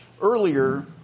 earlier